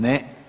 Ne.